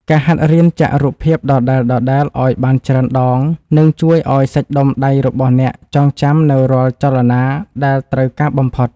ការហាត់រៀនចាក់រូបភាពដដែលៗឱ្យបានច្រើនដង នឹងជួយឱ្យសាច់ដុំដៃរបស់អ្នកចងចាំនូវរាល់ចលនាដែលត្រូវការបំផុត។